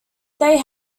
they